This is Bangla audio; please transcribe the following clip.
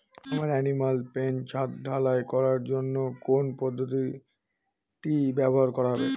আমার এনিম্যাল পেন ছাদ ঢালাই করার জন্য কোন পদ্ধতিটি ব্যবহার করা হবে?